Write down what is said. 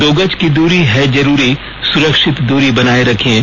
दो गज की दूरी है जरूरी सुरक्षित दूरी बनाए रखें